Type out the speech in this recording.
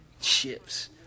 chips